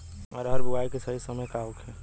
अरहर बुआई के सही समय का होखे?